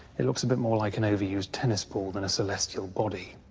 it looks a bit more like an overused tennis ball than a celestial body.